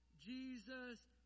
Jesus